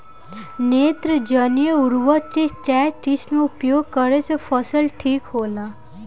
नेत्रजनीय उर्वरक के केय किस्त मे उपयोग करे से फसल ठीक होला?